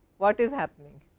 what is happening?